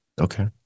Okay